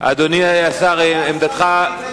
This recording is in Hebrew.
אדוני השר, עמדתך,